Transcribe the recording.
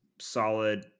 solid